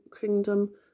kingdom